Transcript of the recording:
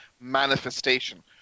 manifestation